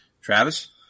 Travis